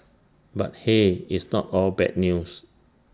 but hey it's not all bad news